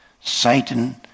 Satan